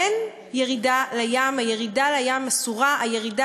"אין ירידה לים", "הירידה לים אסורה", "הירידה